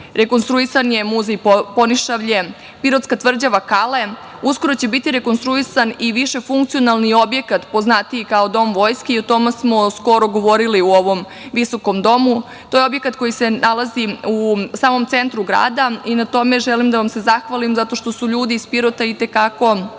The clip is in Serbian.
Rekonstruisan je muzej Ponišavlje, pirotska tvrđava Kale, uskoro će biti rekonstruisan i višefunkcionalni objekat poznatiji kao Dom vojske i o tome smo skoro govorili u ovom viskom Domu. To je objekat koji se nalazi u samom centru grada. Na tome želim da vam se zahvalim zato što su ljudi iz Pirota i te kako